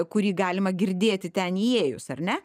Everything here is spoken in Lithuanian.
kurį galima girdėti ten įėjus ar ne